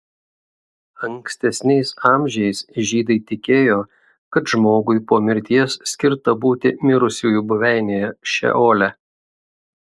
ankstesniais amžiais žydai tikėjo kad žmogui po mirties skirta būti mirusiųjų buveinėje šeole